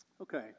Okay